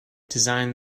designed